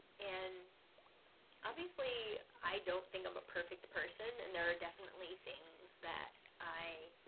and obviously i don't think i'm a perfect person, and there are definitely things that i